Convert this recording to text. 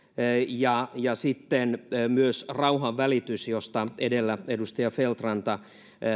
ja ja myös rauhanvälitys josta edellä edustaja feldt ranta